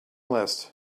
list